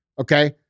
Okay